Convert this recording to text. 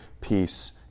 peace